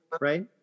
right